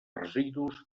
residus